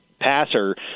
passer